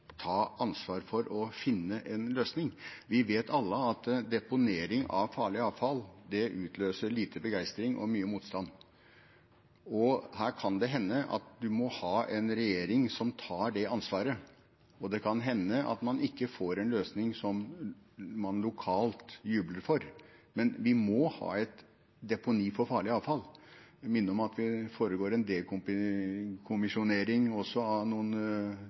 ta ansvar for å finne en løsning? Vi vet alle at deponering av farlig avfall utløser lite begeistring og mye motstand, og her kan det hende at man må ha en regjering som tar det ansvaret, og det kan hende at man ikke får en løsning som en lokalt jubler for. Men vi må ha et deponi for farlig avfall. Jeg vil minne om at det også foregår en dekommisjonering av anlegget i Halden, som også